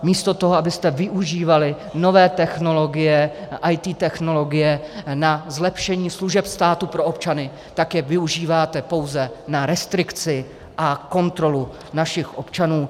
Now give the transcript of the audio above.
Místo toho, abyste využívali nové technologie, IT technologie na zlepšení služeb státu pro občany, tak je využíváte pouze na restrikci a kontrolu našich občanů.